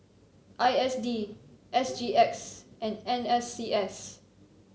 I S D S G X and N S C S